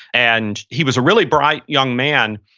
and he was a really bright young man,